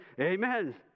amen